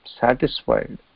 satisfied